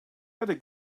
better